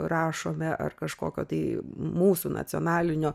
rašome ar kažkokio tai mūsų nacionalinio